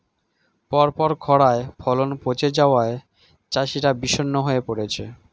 পরপর খড়ায় ফলন পচে যাওয়ায় চাষিরা বিষণ্ণ হয়ে পরেছে